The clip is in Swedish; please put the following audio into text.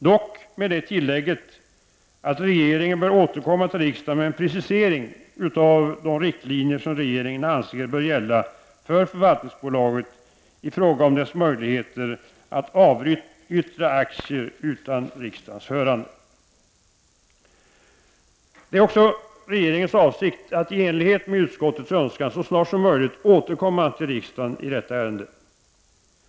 Dock har det tillägget gjorts att regeringen bör återkomma till riksdagen med en precisering av de riktlinjer som regeringen anser bör gälla för förvaltningsbolaget i fråga om dess möjligheter att avyttra aktier utan riksdagens hörande. Det är regeringens avsikt att i enlighet med utskottets önskan så snart som möjligt återkomma till riksdagen i detta ärende.